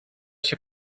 się